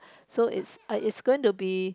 so it's I it's going to be